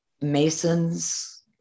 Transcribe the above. Masons